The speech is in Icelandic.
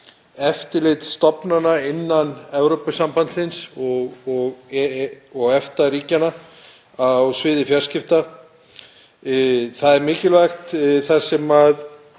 eftirlitsstofnana innan Evrópusambandsins og EFTA-ríkjanna á sviði fjarskipta. Það er mikilvægt þar sem